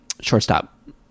shortstop